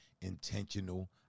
intentional